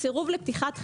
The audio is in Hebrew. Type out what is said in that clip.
סירוב לפתיחת חשבון,